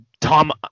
Tom